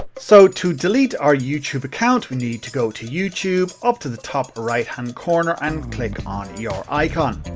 so, to delete our youtube account we need to go to youtube, up to the top right hand corner and click on your icon.